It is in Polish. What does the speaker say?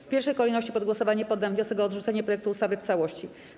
W pierwszej kolejności pod głosowanie poddam wniosek o odrzucenie projektu ustawy w całości.